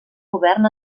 govern